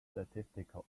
statistical